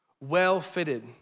well-fitted